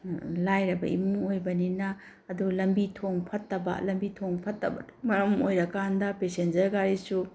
ꯂꯥꯏꯔꯕ ꯏꯃꯨꯡ ꯑꯣꯏꯕꯅꯤꯅ ꯑꯗꯨ ꯂꯝꯕꯤ ꯊꯣꯡ ꯐꯠꯇꯕ ꯂꯝꯕꯤ ꯊꯣꯡ ꯐꯠꯇꯕꯅ ꯃꯔꯝ ꯑꯣꯏꯔ ꯀꯥꯟꯗ ꯄꯦꯁꯦꯟꯖꯔ ꯒꯥꯔꯤꯁꯨ